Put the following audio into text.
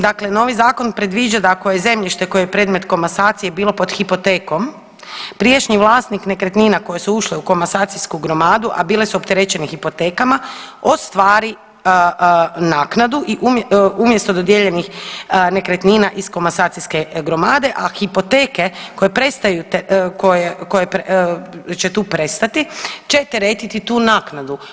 Dakle, novi zakon predviđa da ako je zemljište koje je predmet komasacije bilo pod hipotekom prijašnji vlasnik nekretnina koje su ušle u komasacijsku gromadu, a bile su opterećene hipotekama ostvari naknadu i umjesto dodijeljenih nekretnina iz komasacijske gromade, a hipoteke koje prestaju koje će tu prestati će teretiti tu naknadu.